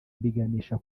biganisha